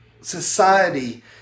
society